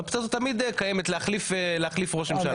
האופציה הזאת תמיד קיימת להחליף ראש ממשלה,